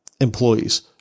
employees